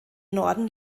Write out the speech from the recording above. norden